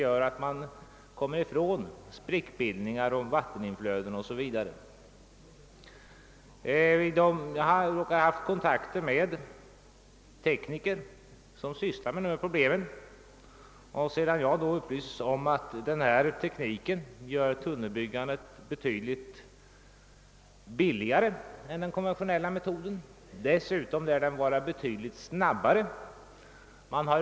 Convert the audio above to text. Därigenom kommer man ifrån sprickbildning, vattentillflöden o. s. v. Jag har haft kontakt med de tekniker som sysslar med dessa problem. Och de har upplyst mig om att med denna nya teknik blir tunnelbyggandet betydligt billigare än med den konventionella metoden. Den lär dessutom vara betydligt snabbare.